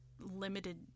limited